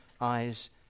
eyes